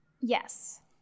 Yes